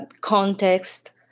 context